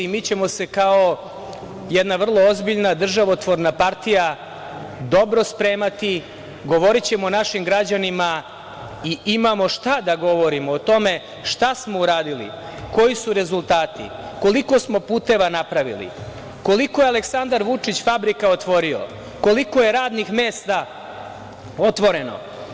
Mi ćemo se, kao jedna vrlo ozbiljna državotvorna partija, dobro spremati, govorićemo našim građanima i imamo šta da govorimo o tome šta smo uradili, koji su rezultati, koliko smo puteva napravili, koliko je Aleksandar Vučić fabrika otvorio, koliko je radnih mesta otvoreno.